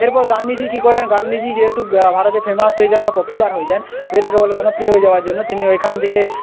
এরপর গান্ধীজি কী করেন গান্ধীজি যেহেতু ভারতে ফেমাস সেই জন্য পপুলার হয়ে যান এটাকে বলে জনপ্রিয় হয়ে যাওয়ার জন্য তিনি ওইখান থেকে